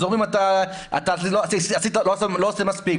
אומרים 'אתה לא עושה מספיק,